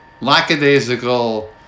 lackadaisical